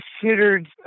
considered